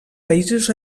països